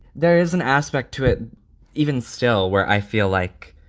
there is an aspect to it even still where i feel like